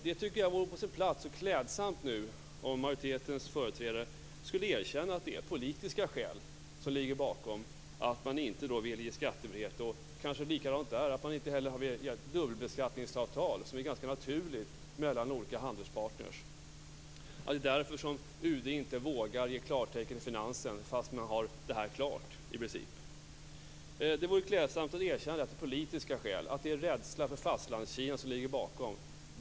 Det vore på sin plats att majoritetens företrädare erkände att det är politiska skäl till att man inte vill medge skattefrihet liksom att man inte vill medge dubbelbeskattningsavtal, som vore ganska naturligt, mellan olika handelspartner och att det är därför som UD inte vågar ge klartecken till Finansdepartementet, trots att man där har avtalet klart i princip. Det vore klädsamt att få ett erkännande om att det är politiska skäl och rädsla för Fastlandskina som ligger bakom.